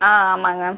ஆ ஆமாங்க